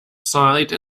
site